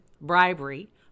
bribery